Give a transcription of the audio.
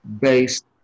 based